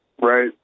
Right